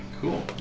cool